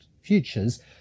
futures